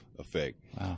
effect